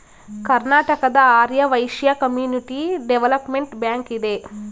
Karnataka Arya Vysya community development bank ಇದೆ